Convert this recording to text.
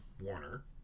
Warner